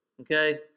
okay